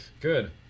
Good